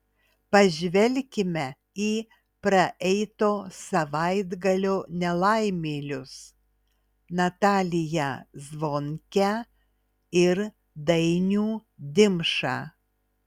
pažvelkime į praeito savaitgalio nelaimėlius nataliją zvonkę ir dainių dimšą